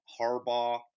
Harbaugh